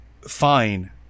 fine